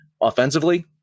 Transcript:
offensively